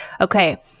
okay